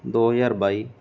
ਦੋ ਹਜ਼ਾਰ ਬਾਈ